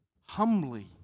humbly